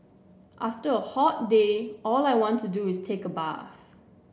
after a hot day all I want to do is take a bath